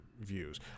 views